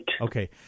Okay